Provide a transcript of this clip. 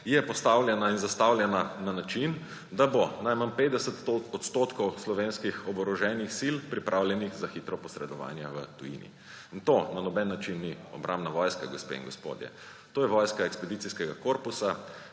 je postavljena in zastavljena na način, da bo najmanj 50 % slovenskih oboroženih sil pripravljenih za hitro posredovanje v tujini. In to na noben način ni obrambna vojska, gospe in gospodje. To je vojska ekspedicijskega korpusa,